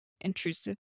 Intrusive